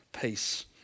peace